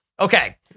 Okay